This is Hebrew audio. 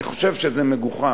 אני חושב שזה מגוחך,